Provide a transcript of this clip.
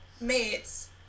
mates